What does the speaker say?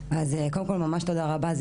ממש תודה רבה,